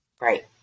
right